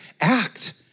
act